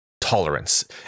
tolerance